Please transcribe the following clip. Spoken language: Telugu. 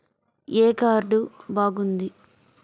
ఏ కార్డు బాగుంది?